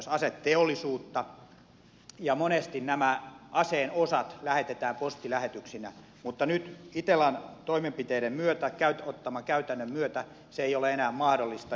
meillä on myös aseteollisuutta ja monesti nämä aseen osat lähetetään postilähetyksinä mutta nyt itellan ottaman käytännön myötä se ei ole enää mahdollista